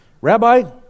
Rabbi